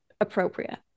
appropriate